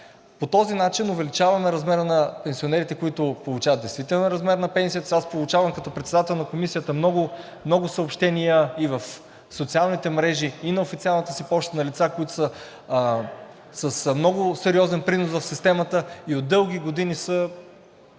По този начин увеличаваме размера на пенсионерите, които получават действителен размер на пенсията. Като председател на Комисията получавам много съобщения и в социалните мрежи, и на официалната си поща от лица, които са с много сериозен принос в системата и от дълги години са